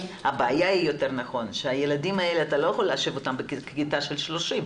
הבעיה היא שאת הילדים האלה אתה לא יכול להושיב בכיתה של 30,